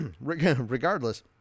Regardless